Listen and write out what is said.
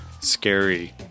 scary